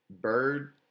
bird